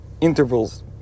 intervals